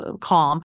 calm